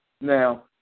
Now